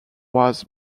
was